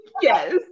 Yes